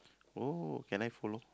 oh can I follow